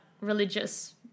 religious